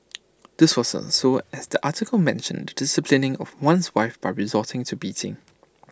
this wasn't so as the article mentioned disciplining of one's wife by resorting to beating